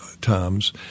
times